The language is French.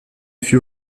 fut